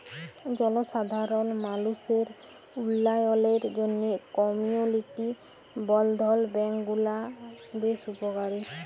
জলসাধারল মালুসের উল্ল্যয়লের জ্যনহে কমিউলিটি বলধ্ল ব্যাংক গুলা বেশ উপকারী